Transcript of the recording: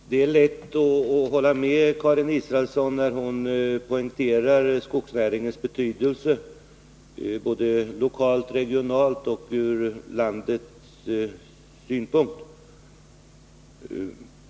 Fru talman! Det är lätt att hålla med Karin Israelsson när hon poängterar skogsnäringens betydelse lokalt-regionalt och ur landets synpunkt.